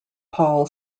paul